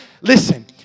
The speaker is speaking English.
listen